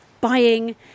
buying